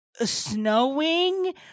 snowing